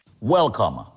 Welcome